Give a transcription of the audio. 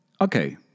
okay